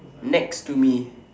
next to me